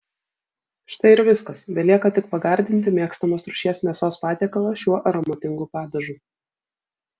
štai ir viskas belieka tik pagardinti mėgstamos rūšies mėsos patiekalą šiuo aromatingu padažu